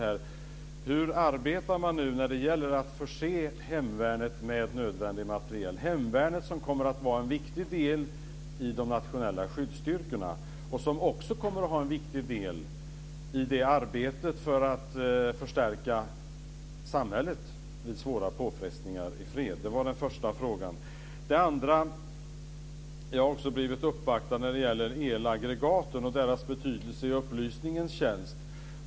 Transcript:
Hur arbetar man när det gäller att förse hemvärnet med nödvändig materiel? Hemvärnet kommer att vara en viktig del i de nationella skyddsstyrkorna och som också kommer att ha en viktig roll i arbetet för att förstärka samhället vid svåra påfrestningar i fred. Det var den första frågan. Den andra är följande. Jag har också blivit uppvaktad när det gäller elaggregaten och deras betydelse i upplysningens tjänst.